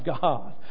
God